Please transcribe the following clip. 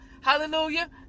Hallelujah